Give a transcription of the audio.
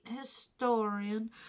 historian